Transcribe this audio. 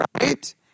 right